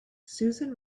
susan